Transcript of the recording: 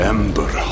Ember